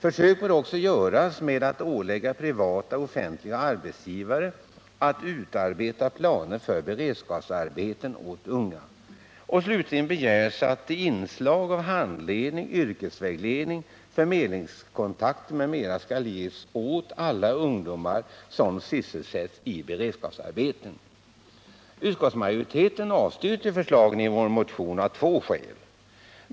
Försök bör också göras med att ålägga privata och offentliga arbetsgivare att utarbeta planer för beredskapsarbeten åt unga. Slutligen begärs att inslag av handledning, yrkesvägledning, förmedlingskontakter m.m. skall ges åt alla ungdomar som sysselsätts i beredskapsarbeten.” Utskottsmajoriteten avstyrker förslagen i vår motion av två skäl.